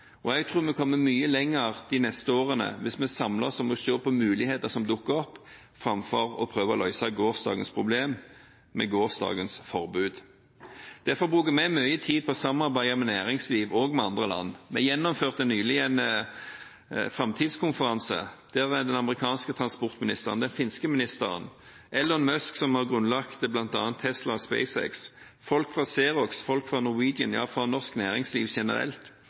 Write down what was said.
mulighetene. Jeg tror vi kommer mye lenger de neste årene hvis vi samler oss om å se på mulighetene som dukker opp, framfor å prøve å løse gårsdagens problem med gårsdagens forbud. Derfor bruker vi mye tid på å samarbeide med næringsliv og med andre land. Vi gjennomførte nylig en framtidskonferanse, der den amerikanske transportministeren, den finske ministeren, Elon Musk, som har grunnlagt bl.a. Tesla og SpaceX, folk fra Xerox, folk fra Norwegian, ja fra norsk næringsliv generelt,